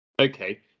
Okay